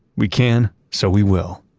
we can, so we will!